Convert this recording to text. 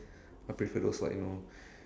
I prefer those like you know